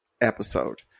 episode